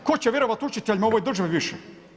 Tko će vjerovati učiteljima u ovoj državi više?